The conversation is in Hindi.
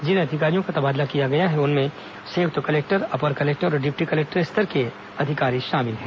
जिन अधिकारियों का तबादला किया गया है उनमें संयुक्त कलेक्टर अपर कलेक्टर और डिप्टी कलेक्टर स्तर के अधिकारी शामिल हैं